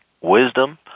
wisdom